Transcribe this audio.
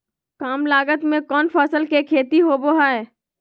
काम लागत में कौन फसल के खेती होबो हाय?